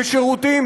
בשירותים,